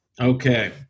Okay